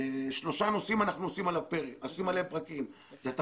שלושה נושאים אנחנו עושים עליהם פרקים ואלה הם